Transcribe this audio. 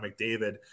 McDavid